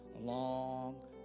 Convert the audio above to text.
long